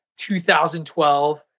2012